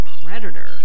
predator